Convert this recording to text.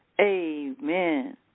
Amen